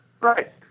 Right